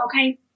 okay